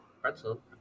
pretzel